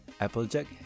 Applejack